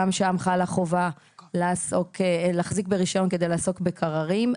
גם שם חלה חובה להחזיק ברישיון כדי לעסוק בקררים.